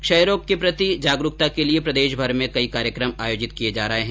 क्षय रोग के प्रति जागरूकता के लिये प्रदेशभर में कई कार्यक्रम आयोजित किये जा रहे हैं